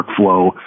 workflow